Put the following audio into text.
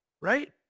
Right